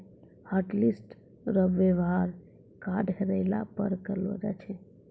hotlist रो वेवहार card हेरैला पर करलो जाय छै